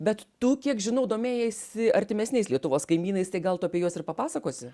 bet tu kiek žinau domėjaisi artimesniais lietuvos kaimynais tai gal tu apie juos ir papasakosi